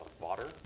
water